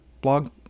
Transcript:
blog